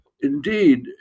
indeed